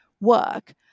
work